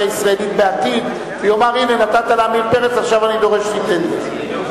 הישראלית בעתיד ויגיד: הנה נתת לעמיר פרץ ועכשיו אני דורש שתיתן לי.